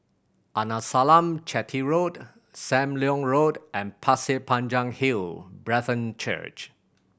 Arnasalam Chetty Road Sam Leong Road and Pasir Panjang Hill Brethren Church